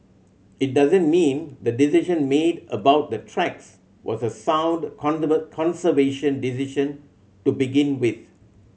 it doesn't mean the decision made about the tracks was a sound conservation decision to begin with